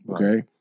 Okay